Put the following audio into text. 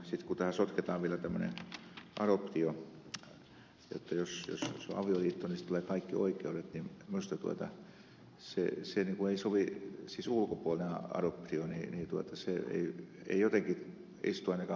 sitten kun tähän sotketaan vielä tämmöinen adoptio jotta jos olisi avioliitto niin sitten tulee kaikki oikeudet niin minusta se ei sovi siis ulkopuolinen adoptio jotenkin istu ainakaan meikäläisen ajatteluun